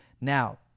Now